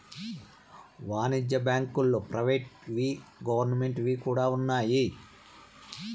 వాణిజ్య బ్యాంకుల్లో ప్రైవేట్ వి గవర్నమెంట్ వి కూడా ఉన్నాయి